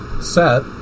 set